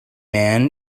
man